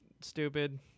stupid